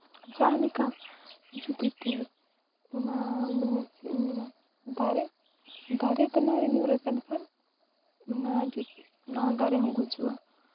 ᱡᱟᱦᱟᱸ ᱞᱮᱠᱟ ᱡᱩᱫᱤ ᱴᱷᱮᱹᱨ ᱚᱱᱟ ᱢᱟᱱᱮ ᱪᱮᱫ ᱤᱧ ᱢᱮᱱᱟ ᱫᱟᱨᱮ ᱫᱟᱨᱮ ᱛᱟᱱᱟᱜ ᱨᱮ ᱧᱩᱨ ᱟᱠᱟᱱ ᱠᱷᱟᱱ ᱚᱱᱟ ᱚᱱᱟ ᱫᱟᱨᱮ ᱦᱚᱸ ᱜᱩᱡᱩᱜᱼᱟ